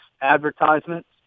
advertisements